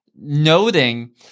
noting